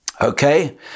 Okay